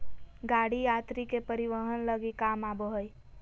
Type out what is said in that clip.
गाड़ी यात्री के परिवहन लगी काम आबो हइ